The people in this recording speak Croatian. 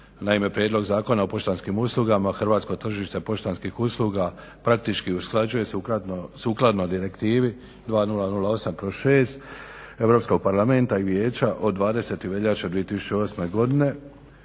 Naime, Prijedlog zakona o poštanskim uslugama hrvatsko tržište poštanskih usluga praktički usklađuje sukladno direktivi 2008/6 Europskog parlamenta i Vijeća od 20. veljače 2008. godine,